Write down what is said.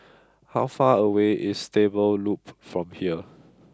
how far away is Stable Loop from here